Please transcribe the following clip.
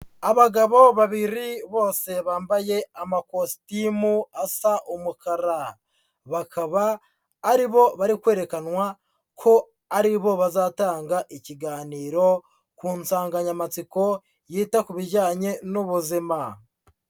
Abagabo babiri bose bambaye amakositimu asa umukara, bakaba aribo bari kwerekanwa ko aribo bazatanga ikiganiro ku nsanganyamatsiko yita ku bijyanye n'ubuzima.